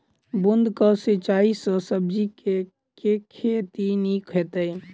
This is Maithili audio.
बूंद कऽ सिंचाई सँ सब्जी केँ के खेती नीक हेतइ?